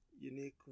unique